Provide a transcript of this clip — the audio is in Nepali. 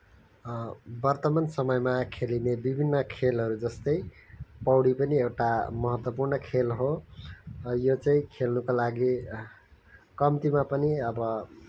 वर्तमान समयमा खेलिने विभिन्न खेलहरूजस्तै पौडी पनि एउटा महत्त्वपूर्ण खेल हो यो चाहिँ खेल्नको लागि कम्तीमा पनि अब